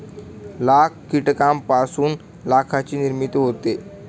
लाख कीटकांपासून लाखाची निर्मिती होते